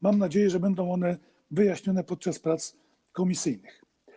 Mam nadzieję, że będą one rozwiane podczas prac komisyjnych.